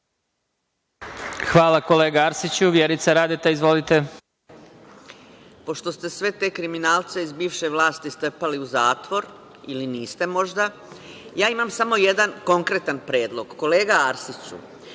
Hvala, kolega Arsiću. Vjerica Radeta, izvolite. **Vjerica Radeta** Pošto ste sve te kriminalce iz bivše vlasti strpali u zatvor, ili niste možda, ja imam samo jedan konkretan predlog. Kolega Arsiću,